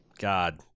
God